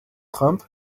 trump